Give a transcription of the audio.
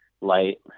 light